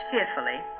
fearfully